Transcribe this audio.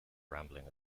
rambling